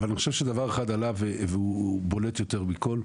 אבל אני חושב שדבר אחד עלה והוא בולט יותר מכל.